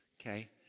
okay